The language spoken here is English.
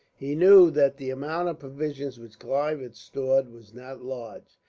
he knew that the amount of provisions which clive had stored was not large,